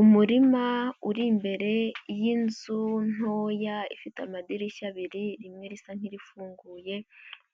Umurima uri imbere y'inzu ntoya ifite amadirishya abiri rimwe risa nk'irifunguye,